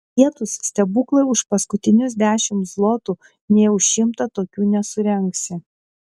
pietūs stebuklai už paskutinius dešimt zlotų nė už šimtą tokių nesurengsi